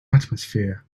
atmosphere